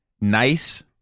nice